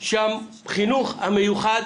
שהחינוך המיוחד